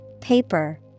paper